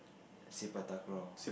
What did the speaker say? Sepak takraw